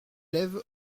lève